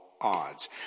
odds